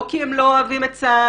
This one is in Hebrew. לא כי הם לא אוהבים את צה"ל,